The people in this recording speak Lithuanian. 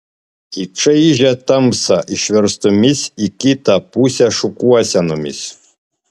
į čaižią tamsą išverstomis į kitą pusę šukuosenomis